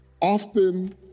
often